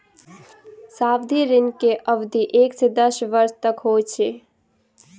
सावधि ऋण के अवधि एक से दस वर्ष तक होइत अछि